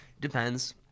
depends